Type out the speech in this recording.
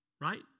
Right